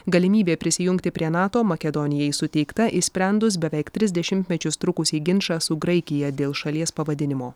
galimybė prisijungti prie nato makedonijai suteikta išsprendus beveik tris dešimtmečius trukusį ginčą su graikija dėl šalies pavadinimo